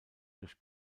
durch